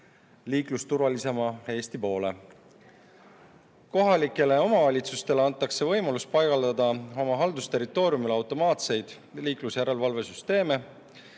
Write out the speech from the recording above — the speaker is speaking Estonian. liiklusturvalisema Eesti poole. Kohalikele omavalitsustele antakse võimalus paigaldada oma haldusterritooriumile automaatseid liiklusjärelevalvesüsteeme.